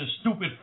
Stupid